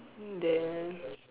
then